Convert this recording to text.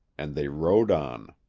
and they rode on.